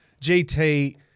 GT